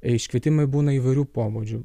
iškvietimai būna įvairių pobūdžių